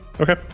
Okay